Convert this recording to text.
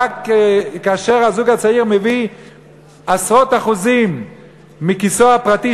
אלא כאשר הזוג הצעיר מביא עשרות אחוזים מכיסו הפרטי,